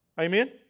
Amen